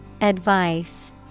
Advice